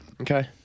Okay